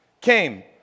came